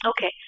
Okay